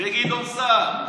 וגדעון סער.